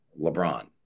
LeBron